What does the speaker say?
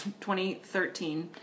2013